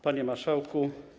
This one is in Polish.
Panie Marszałku!